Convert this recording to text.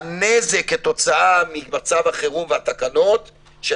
שהנזק כתוצאה ממצב החירום והתקנות של